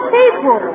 people